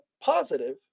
positive